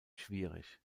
schwierig